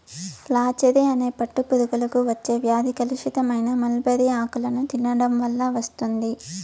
flacherie అనే పట్టు పురుగులకు వచ్చే వ్యాధి కలుషితమైన మల్బరీ ఆకులను తినడం వల్ల వస్తుంది